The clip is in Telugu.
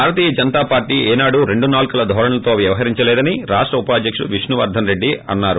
భారతీయ జనతా పార్టీ ఏనాడు రెండు నాల్కల ధోరణితో వ్యవహరించలేదని రాష్ట ఉపాధ్యకుడు విష్ణువర్గన్ రెడ్డి అన్నారు